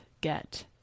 get